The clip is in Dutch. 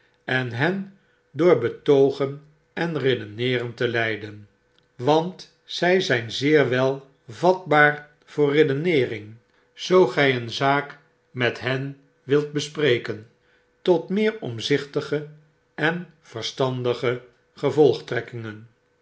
en hen door betogen en redeneeren te leiden want zij zyn zeer wel vatbaar voor redeneering zoo gy een zaak met hen wilt bespreken tot meer omzichtige en verstandige